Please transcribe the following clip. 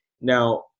Now